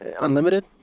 unlimited